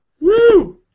Woo